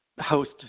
host